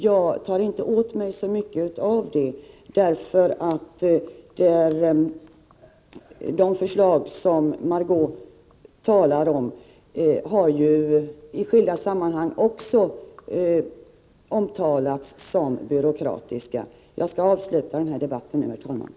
Jag tar inte åt mig så mycket av detta, eftersom de förslag Margé Ingvardsson talar om i skilda sammanhang också har omtalats som byråkratiska. Herr talman! Jag vill med detta anförande avsluta den här debatten.